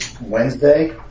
Wednesday